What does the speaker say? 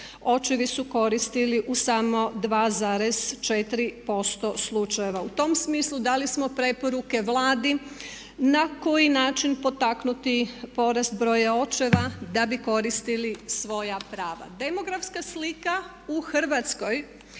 očevi su koristili u samo 2,4% slučajeva. U tom smislu dali smo preporuke Vladi na koji način potaknuti porast broja očeva da bi koristili svoja prav. Demografska slika u Hrvatskoj